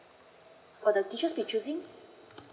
or the teacher be choosing